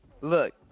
Look